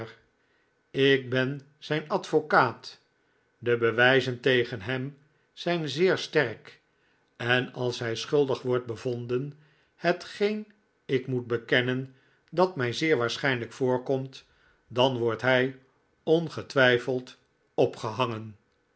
ik ben zijn advocaat de bewijzen tegen hem zijn zeer sterk en als hij schuldig wordt bevonden hetgeen ik moet bekennen dat mij zeer waarschijnlijk voorkomt dan wordt hij ongetwijfeld opgehangen